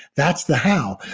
that's the how.